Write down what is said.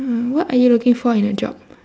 uh what are you looking for in a job